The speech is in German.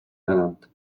ernannt